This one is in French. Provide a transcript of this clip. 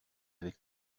avec